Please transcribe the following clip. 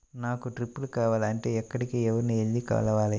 నాకు డ్రిప్లు కావాలి అంటే ఎక్కడికి, ఎవరిని వెళ్లి కలవాలి?